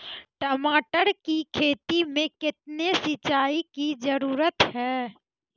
टमाटर की खेती मे कितने सिंचाई की जरूरत हैं?